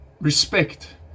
respect